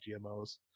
GMOs